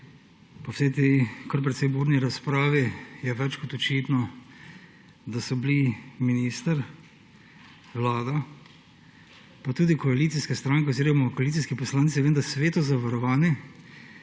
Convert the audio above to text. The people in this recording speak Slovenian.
po vsej tej kar precej burni razpravi več kot očitno, da so bili minister, vlada pa tudi koalicijska stranka oziroma koalicijski poslanci vendar sveto zaverovani,